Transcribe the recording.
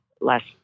last